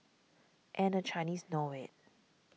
and the Chinese know it